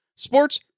Sports